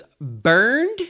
burned